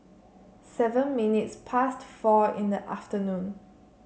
seven minutes past four in the afternoon